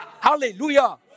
Hallelujah